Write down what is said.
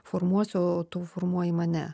formuosiu o tu formuoji mane